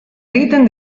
egiten